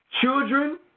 children